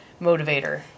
motivator